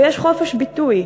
ויש חופש ביטוי.